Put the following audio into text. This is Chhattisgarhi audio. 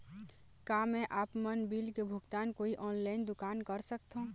का मैं आपमन बिल के भुगतान कोई ऑनलाइन दुकान कर सकथों?